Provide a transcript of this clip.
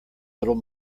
little